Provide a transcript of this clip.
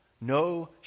no